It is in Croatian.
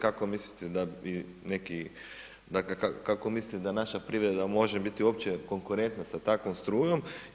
Kako mislite da bi neki, dakle, kako misliti da naša privreda može biti uopće konkurenta s takvom strujom.